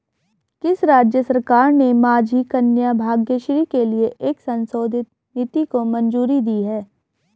किस राज्य सरकार ने माझी कन्या भाग्यश्री के लिए एक संशोधित नीति को मंजूरी दी है?